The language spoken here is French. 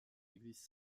l’église